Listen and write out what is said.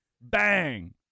Bang